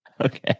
Okay